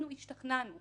השתכנענו